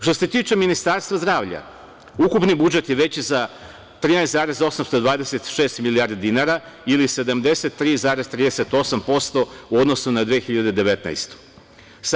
Što se tiče Ministarstva zdravlja, ukupni budžet je veći za 13,826 milijardi dinara ili 73,38% u odnosu na 2019. godinu.